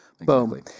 Boom